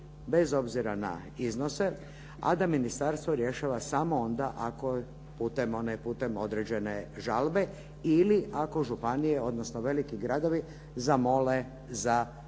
bez obzira na iznose a da ministarstvo rješava samo onda putem određene žalbe ili ako županije odnosno veliki gradovi zamole za pomoć